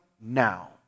now